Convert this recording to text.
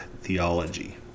theology